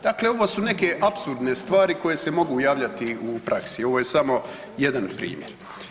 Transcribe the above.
Dakle, ovo su neke apsurdne stvari koje se mogu javljati u praksi, ovo je samo jedan primjer.